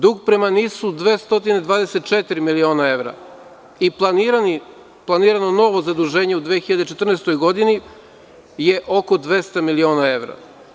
Dug prema NIS-u je 224 miliona evra i planirano novo zaduženje u 2014. godini je oko 200 miliona evra.